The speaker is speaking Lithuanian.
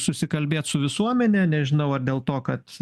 susikalbėt su visuomene nežinau ar dėl to kad